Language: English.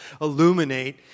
illuminate